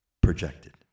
projected